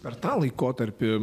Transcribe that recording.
per tą laikotarpį